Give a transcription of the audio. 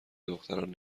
دختران